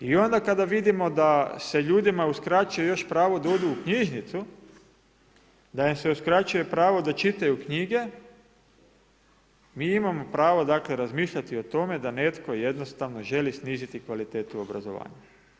I onda kada vidimo da se ljudima uskraćuje još pravo da odu u knjižnicu, da im se uskraćuje pravo da čitaju knjige, mi imamo pravo dakle razmišljati o tome da netko jednostavno želi sniziti kvalitetu obrazovanja.